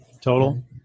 total